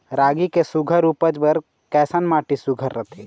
रागी के सुघ्घर उपज बर कैसन माटी सुघ्घर रथे?